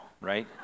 right